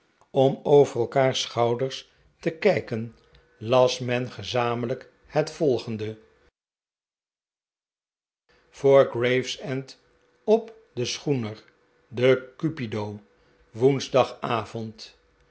om over elkaars schouders te kijken las men gezamenlijk het volgende voor gravesend op den schoener de cupido woensdagavond